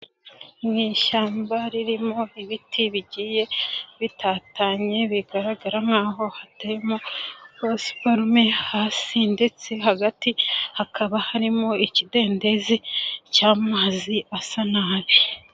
Mu ishyamba ririmo ibiti bigiye bitatanye bigaragara nk'aho hateyemo pasiparume hasi ndetse hagati hakaba harimo ikidendezi cy'amazi asa nabi.